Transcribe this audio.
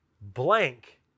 Blank